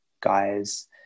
guys